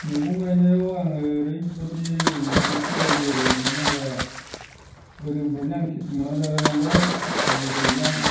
मैगं गायनायाव आङो ओरैबादि गोसो जायो आरो मानो होनबा गोदोनिफ्रायनो आं खेथि मावनानै जाग्रा नालाय आलु गायनाय